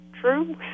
true